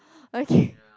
okay